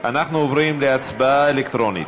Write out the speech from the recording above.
אנחנו עוברים להצבעה אלקטרונית,